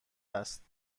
است